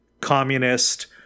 communist